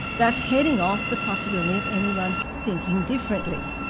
thus heading off the possibility of anyone thinking differently.